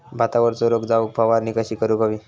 भातावरचो रोग जाऊक फवारणी कशी करूक हवी?